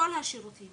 כל השירותים